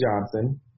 Johnson